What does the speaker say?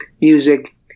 music